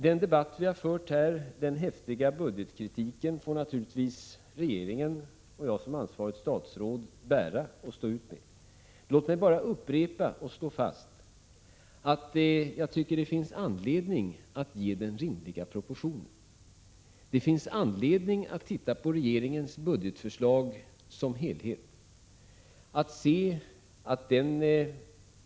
Den häftiga kritik av budgeten som har förts fram i debatten får naturligtvis regeringen, och jag som ansvarigt statsråd, bära och stå ut med. Låt mig bara upprepa och slå fast att det finns anledning att ge den rimliga proportioner. Det finns anledning att titta på regeringens budgetförslag som helhet.